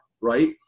right